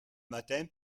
matin